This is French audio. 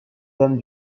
dame